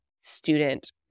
student